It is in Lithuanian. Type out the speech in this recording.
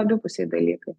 abipusiai dalykai